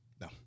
No